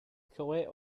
colette